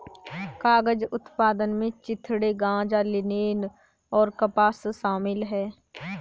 कागज उत्पादन में चिथड़े गांजा लिनेन और कपास शामिल है